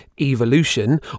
evolution